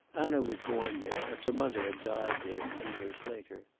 anna was born there, and her mother had died there ten years later.